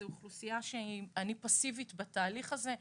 זאת אוכלוסייה שאני פאסיבית בתהליך הזה.